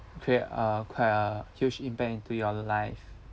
create a quite a huge impact into your life